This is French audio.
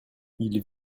ils